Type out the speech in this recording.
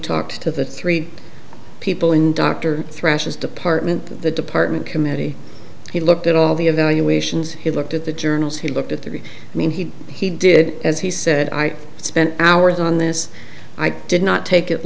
talked to the three people in dr thrashes department the department committee he looked at all the evaluations he looked at the journals he looked at the big i mean he he did as he said i spent hours on this i did not take it